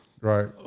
right